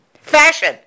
fashion